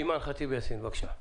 אימאן ח'טיב יאסין, בבקשה.